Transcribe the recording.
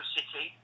City